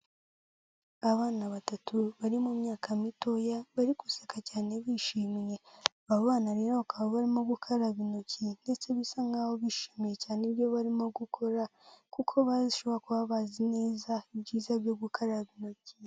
Abana batatu bari mu myaka mitoya bari guseka cyane bishimye. Aba bana rero bakaba barimo gukaraba intoki ndetse bisa nk'aho bishimiye cyane ibyo barimo gukora kuko bashobora kuba bazi neza ibyiza byo gukaraba intoki.